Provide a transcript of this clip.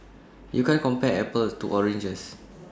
you can't compare apples to oranges